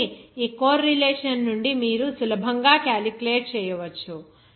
కాబట్టి ఈ core relation నుండి మీరు సులభంగా క్యాలిక్యులేట్ చేయవచ్చు